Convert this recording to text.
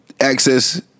access